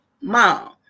mom